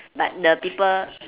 but the people